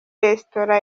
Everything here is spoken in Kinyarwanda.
resitora